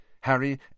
Harry